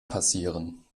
passieren